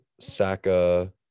Saka